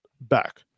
back